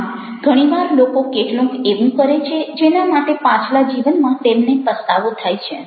આમ ઘણી વાર લોકો કેટલુંક એવું કરે છે જેના માટે પાછલા જીવનમાં તેમને પસ્તાવો થાય છે